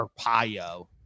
Arpaio